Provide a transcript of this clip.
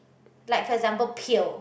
like for example pail